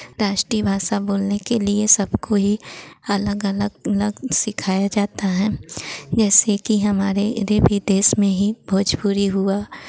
राष्ट्रीय भाषा बोलने के लिए सबको ही अलग अलग अलग सिखाया जाता है जैसे कि हमारे रे विदेश में ही भोजपुरी हुआ